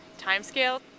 timescale